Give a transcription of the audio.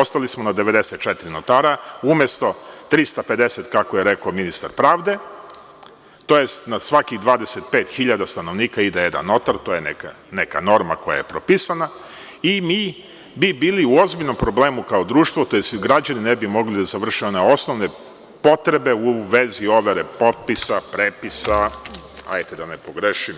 Ostali smo na 94 notara, umesto 350 kako je rekao ministar pravde, tj. na svakih 25.000 stanovnika ide jedan notar, to je neka norma koja je propisana i mi bi bili u ozbiljnom problemu kao društvo, građani ne bi mogli da završavaju one osnovne potrebe u vezi overe potpisa, prepisa, da ne pogrešim,